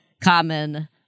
common